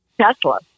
Tesla